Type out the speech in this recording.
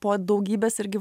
po daugybės irgi